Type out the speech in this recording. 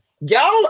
y'all